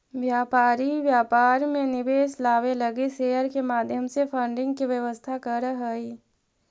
व्यापारी व्यापार में निवेश लावे लगी शेयर के माध्यम से फंडिंग के व्यवस्था करऽ हई